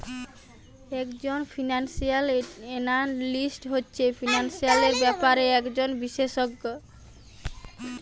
একজন financial analyst হচ্ছে financial ব্যাপারে একজন বিশেষজ্ঞ